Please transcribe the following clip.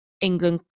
England